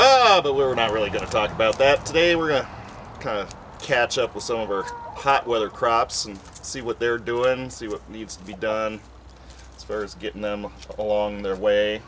we're not really going to talk about that today we're kind of catch up with some of her hot weather crops and see what they're doing and see what needs to be done as far as getting them along their way